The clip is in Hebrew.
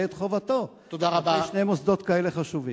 את חובתו בפני שני מוסדות כאלה חשובים.